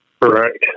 Correct